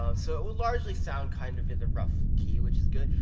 ah so, it would largely sound kind of in the rough key, which is good.